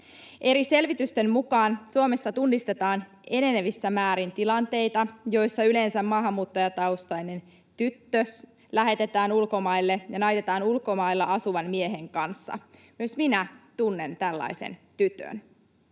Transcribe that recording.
Eri selvitysten mukaan Suomessa tunnistetaan enenevissä määrin tilanteita, joissa yleensä maahanmuuttajataustainen tyttö lähetetään ulkomaille ja naitetaan ulkomailla asuvan miehen kanssa. Myös minä tunnen tällaisen tytön.